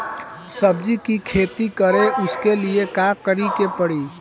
सब्जी की खेती करें उसके लिए का करिके पड़ी?